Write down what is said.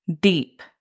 deep